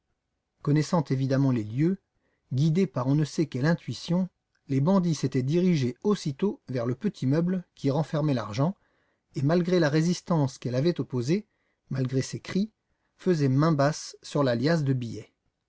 connaissant évidemment les lieux guidés par on ne sait quelle intuition les bandits s'étaient dirigés aussitôt vers le petit meuble qui renfermait l'argent et malgré la résistance qu'elle avait opposée malgré ses cris faisaient main basse sur la liasse de billets